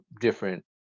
different